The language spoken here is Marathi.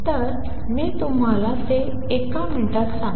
तर मी तुम्हाला ते फक्त एका मिनिटात सांगतो